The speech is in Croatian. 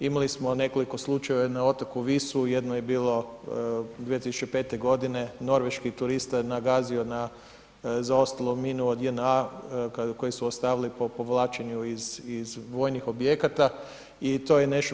Imali smo nekoliko slučajeva, jedna je na otoku Visu, jedna je bilo 2005. g. norveški turista je nagazio na zaostalu minu od JNA koju su ostavili po povlačenju iz vojnih objekata i to je nešto.